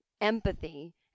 empathy